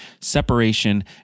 separation